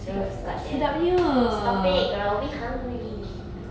!oof! god damn stop it girl we hungry